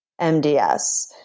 MDS